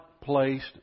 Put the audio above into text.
placed